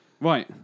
Right